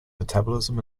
metabolism